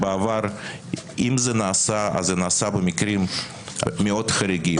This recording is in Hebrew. בעבר אם זה נעשה אז זה נעשה במקרים מאוד חריגים.